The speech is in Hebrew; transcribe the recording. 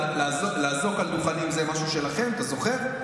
לאזוק לדוכנים זה משהו שלכם, אתה זוכר?